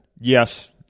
Yes